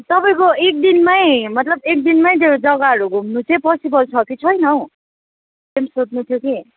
तपाईँको एक दिनमै मतलब एक दिनमै त्यो जग्गाहरू घुम्नु चाहिँ पोसिबल छ कि छैन हौ त्यो पनि सोध्नु थियो कि